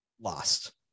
lost